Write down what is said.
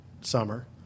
summer